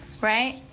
right